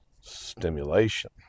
stimulation